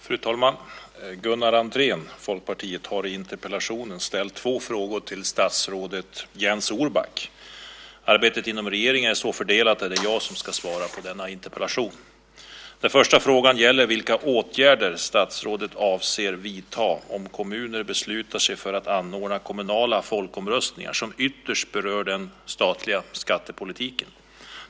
Fru talman! Gunnar Andrén, Folkpartiet, har i interpellationen ställt två frågor till statsrådet Jens Orback. Arbetet inom regeringen är så fördelat att det är jag som ska svara på denna interpellation. Den första frågan gäller vilka åtgärder statsrådet avser att vidta om kommuner beslutar sig för att anordna kommunala folkomröstningar som ytterst berör den statliga skattepolitiken.